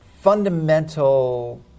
fundamental